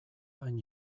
hain